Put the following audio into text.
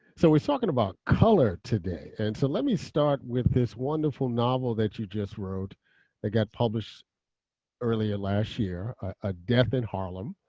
so we're talking about color today. and so let me start with this wonderful novel that you just wrote that got published earlier last year, a death in harlem.